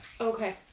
Okay